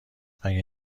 مگه